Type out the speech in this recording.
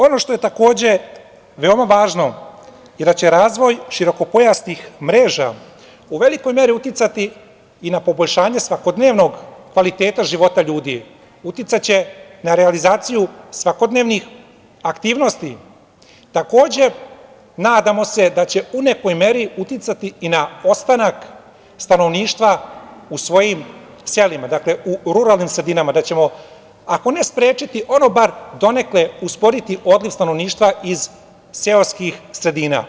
Ono što je takođe veoma važno je da će razvoj širokopojasnih mreža u velikoj meri uticati i na poboljšanje svakodnevnog kvaliteta života ljudi, uticaće na realizaciju svakodnevnih aktivnosti, takođe nadamo se da će u nekoj meri uticati i na ostanak stanovništva u svojim selima, dakle u ruralnim sredinama, da ćemo ako ne sprečiti, ono bar donekle usporiti odliv stanovništva iz seoskih sredina.